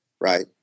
right